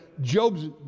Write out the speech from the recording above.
Job's